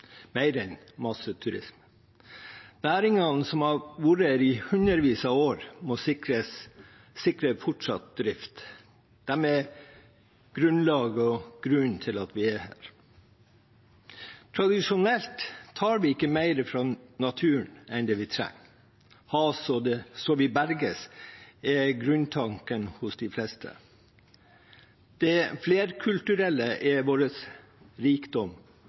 mer enn masseturisme. Næringene som har vært her i hundrevis av år, må sikres fortsatt drift. De er grunnlaget og grunnen til at vi er her. Tradisjonelt tar vi ikke mer fra naturen enn det vi trenger. Å ha så vi berges, er grunntanken hos de fleste. Det flerkulturelle er vår rikdom